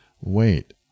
Wait